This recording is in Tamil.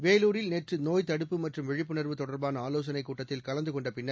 வேலூரில் நேற்று நோப்த் தடுப்பு மற்றும் விழிப்புளர்வு தொடர்பாள ஆவோசனைக் கூட்டத்தில் கலந்து கொண்ட பின்னர்